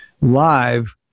live